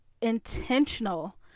intentional